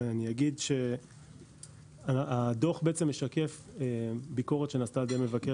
אני אגיד שהדוח משקף ביקורת שנעשתה על ידי מבקר